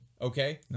Okay